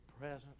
presence